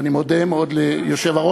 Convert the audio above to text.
ואני מודה מאוד ליושב-ראש,